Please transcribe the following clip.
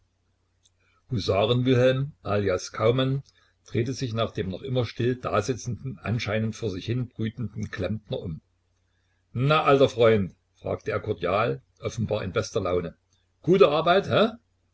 husaren wilhelm alias kaumann drehte sich nach dem noch immer still dasitzenden anscheinend vor sich hinbrütenden klempner um na alter freund fragte er kordial offenbar in bester laune gute arbeit he